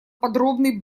подробный